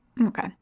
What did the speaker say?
okay